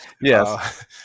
Yes